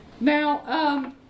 Now